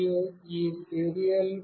మరియు ఈ Serial